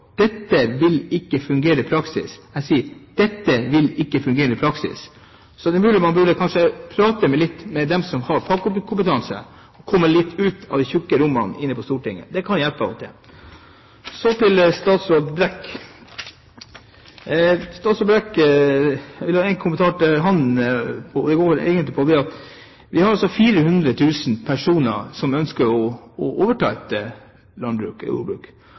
Dette vil ikke fungere i praksis.» Han sier: Dette vil ikke fungere i praksis. Man burde kanskje prate litt med dem som har fagkompetanse, og komme litt ut av de tykke rommene på Stortinget. Det kan hjelpe av og til. Så til statsråd Brekk. Jeg har én kommentar til ham. Vi har altså 400 000 personer som ønsker å overta et